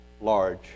large